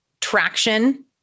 traction